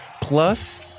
plus